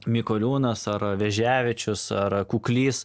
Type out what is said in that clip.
mikoliūnas ar veževičius ar kuklys